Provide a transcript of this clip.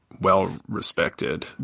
well-respected